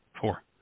Four